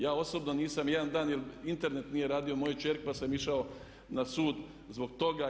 Ja osobno nisam jedan dan, jer Internet nije radio mojoj kćeri, pa sam išao na sud zbog toga.